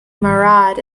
murad